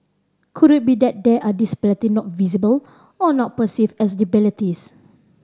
could it be that there are disability not visible or not perceived as disabilities